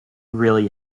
really